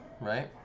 right